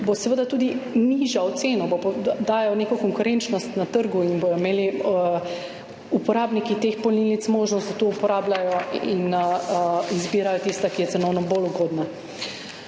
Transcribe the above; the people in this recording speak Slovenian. seveda tudi nižal ceno, omogočal bo neko konkurenčnost na trgu in bodo imeli uporabniki teh polnilnic možnost, da to uporabljajo in izbirajo tiste, ki so cenovno bolj ugodne.